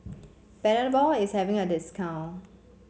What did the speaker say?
Panadol is having a discount